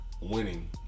winning